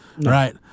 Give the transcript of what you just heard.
right